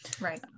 Right